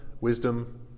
wisdom